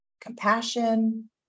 compassion